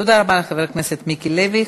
תודה רבה לחבר הכנסת מיקי לוי.